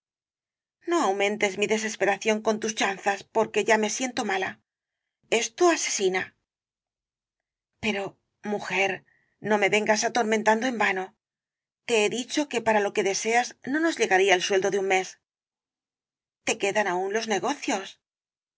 no aumentes mi desesperación con tus chanzas porque ya me siento mala esto asesina pero mujer no me vengas atormentando en vano te he dicho que para lo que deseas no nos llegaría el sueldo de un mes t e quedan aún los negocios